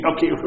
Okay